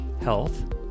health